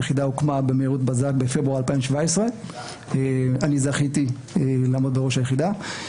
היחידה הוקמה במהירות הבזק בפברואר 2017. אני זכיתי לעמוד בראש היחידה.